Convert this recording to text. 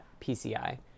PCI